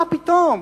מה פתאום?